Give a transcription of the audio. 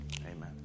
Amen